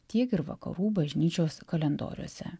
tiek ir vakarų bažnyčios kalendoriuose